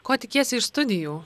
ko tikiesi iš studijų